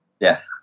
Yes